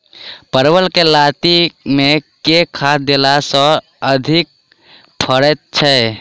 परवल केँ लाती मे केँ खाद्य देला सँ अधिक फरैत छै?